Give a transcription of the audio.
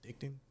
addicting